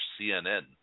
CNN